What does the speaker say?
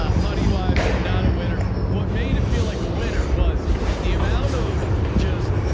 um money-wise not a winner. what made it feel like a winner was the amount of just,